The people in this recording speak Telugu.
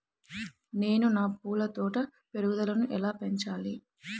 నేను నా పూల తోట పెరుగుదలను ఎలా పెంచాలి?